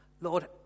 Lord